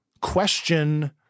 question